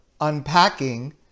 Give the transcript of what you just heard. unpacking